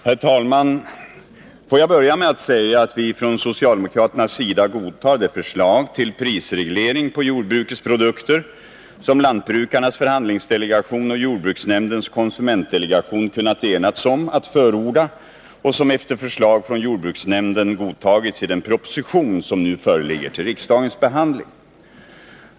Herr talman! Får jag börja med att säga att vi socialdemokrater accepterar det förslag till prisreglering på jordbrukets produkter som Lantbrukarnas förhandlingsdelegation och jordbruksnämndens konsumentdelegation kunnat enas om att förorda och som efter förslag från jordbruksnämnden godtagits i den proposition som nu föreligger till riksdagens behandling.